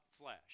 flesh